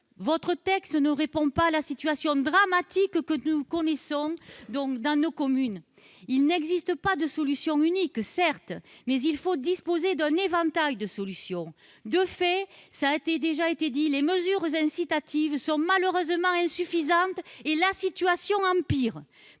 Votre texte ne répond pas à la situation dramatique que nous connaissons dans nos communes. Il n'existe pas de solution unique, certes, mais il faut disposer d'un éventail de solutions ! De fait- cela a déjà été dit -, les mesures incitatives sont malheureusement insuffisantes et la situation empire